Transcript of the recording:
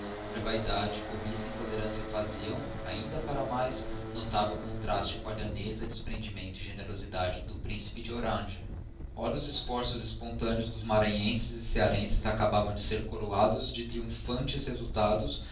cuja vaidade cobiça e intolerância faziam ainda para mais notável contraste com a lhaneza desprendimento e generosidade do príncipe de orange ora os esforços digiti zedby google espontâneos dos maranhenses e cearenses acabavam de ser coroados de triumphantes resultados